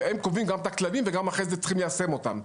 אז הם קובעים גם את הכללים ואחרי זה גם צריכים ליישם אותם.